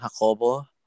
Hakobo